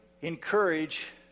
encourage